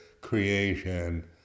creation